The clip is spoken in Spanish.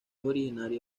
originario